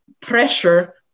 pressure